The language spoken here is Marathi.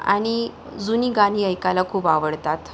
आणि जुनी गाणी ऐकायला खूप आवडतात